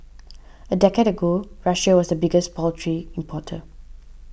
a decade ago Russia was the biggest poultry importer